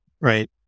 right